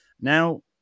Now